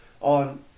on